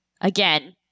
again